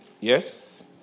Yes